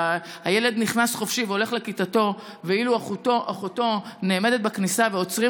הילד נכנס חופשי והולך לכיתתו ואילו אחותו נעמדת בכניסה ועוצרים